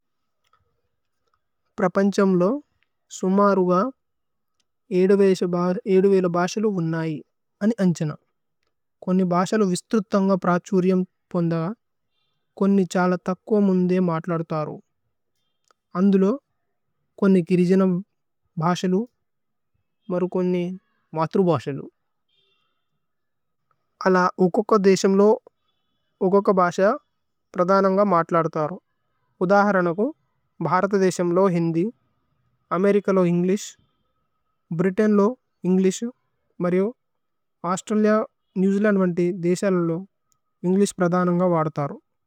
പ്രപന്ഛമ് ല്ഹോ സുമരുഗ ബാശലു വ്നയി, അന്ജന। കോന്നി ബാശലു വിസ്ത്രുത്ഥന്ഗ പ്രാഛുരിഅമ് പുന്ഥഗ കോന്നി ഛല തക്കോ മുന്ദേ മത്ലര്ദു തരു। അന്ന്ദു ല്ഹോ കോന്നി കിരിജന ബാശലു മരുകുനി മത്ലര്ദു ബാശലു। അല ഉകോകോ ദേശമ് ല്ഹോ ഉകോകോ ബാശ പ്രദനന്ഗ മത്ലര്ദു തരു। ഉദഹര നകു, ഭ്ഹരത ദേശമ് ല്ഹോ ഹിന്ദി, അമേരികലോ ഏന്ഗ്ലിശ്, ഭ്രിതൈന് ല്ഹോ ഏന്ഗ്ലിശ് മരിഓ ഔസ്ത്രലിഅ, നേവ് ജേഅലന്ദ് മത്ലര്ദു ദേശ ല്ഹോ ഏന്ഗ്ലിശ് പ്രദനന്ഗ വദ തരു।